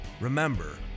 Remember